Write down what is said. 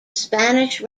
spanish